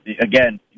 again